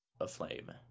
aflame